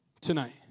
tonight